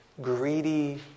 greedy